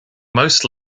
most